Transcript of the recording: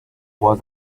was